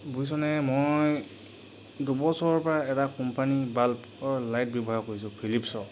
বুজিছ'নে মই দুবছৰৰ পৰা এটা কোম্পানী বাল্বৰ লাইট ব্যৱহাৰ কৰিছোঁ ফিলিপছৰ